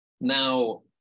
Now